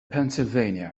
pennsylvania